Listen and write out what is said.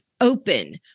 open